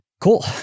Cool